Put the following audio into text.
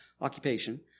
occupation